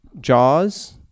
Jaws